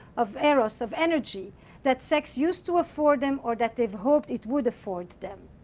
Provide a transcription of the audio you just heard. of eros, of energy that sex used to afford them, or that they've hoped it would afford them.